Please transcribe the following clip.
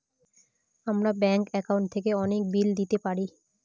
আমরা bank account থেকে অনেক বিল দিতে পারি